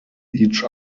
each